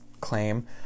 claim